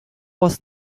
was